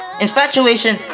Infatuation